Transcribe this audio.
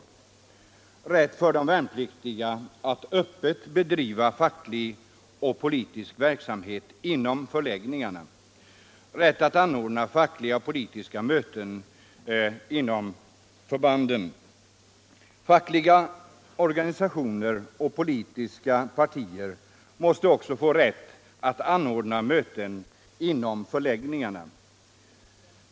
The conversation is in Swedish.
Vidare rätt för de värnpliktiga att öppet bedriva facklig och politisk verksamhet inom förläggningarna — rätt att anordna fackliga och politiska möten på förbanden. Fackliga organisationer och politiska partier måste få rätt att anordna möten inom förläggningarna.